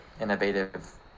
innovative